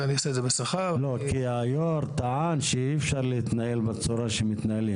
כי היו"ר טען שאי אפשר להתנהל בצורה בה מתנהלים.